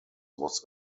was